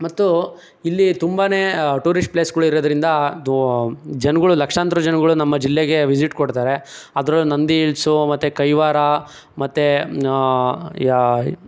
ಮತ್ತು ಇಲ್ಲಿ ತುಂಬಾ ಟೂರಿಸ್ಟ್ ಪ್ಲೇಸ್ಗಳಿರೋದ್ರಿಂದ ಇದು ಜನ್ಗಳು ಲಕ್ಷಾಂತರ ಜನಗಳು ನಮ್ಮ ಜಿಲ್ಲೆಗೆ ವಿಸಿಟ್ ಕೊಡ್ತಾರೆ ಅದರಲ್ಲೂ ನಂದಿ ಹಿಲ್ಸು ಮತ್ತು ಕೈವಾರ ಮತ್ತು ಯಾ